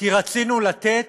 כי רצינו לתת